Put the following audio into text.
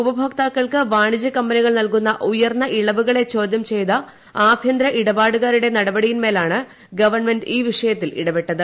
ഉപഭോക്താക്കൾക്ക് വാണിജ്യകമ്പനികൾ നൽകുന്ന ഉയർന്ന ഇളവുകളെ ചോദ്യം ചെയ്ത ആഭ്യന്തര ഇടപാടുകാരുടെ നടപടിയിന്മേലാണ് ഗവൺമെന്റ് ഈ വിഷയത്തിൽ ഇടപെട്ടത്